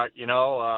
um you know.